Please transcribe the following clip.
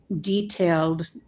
detailed